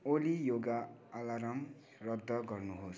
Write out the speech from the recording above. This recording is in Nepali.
ओली योगा अलार्म रद्द गर्नुहोस्